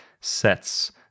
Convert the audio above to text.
sets